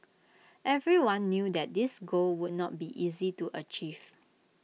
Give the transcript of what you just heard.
everyone knew that this goal would not be easy to achieve